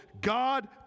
God